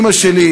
אימא שלי,